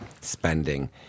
spending